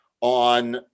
on